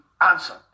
answered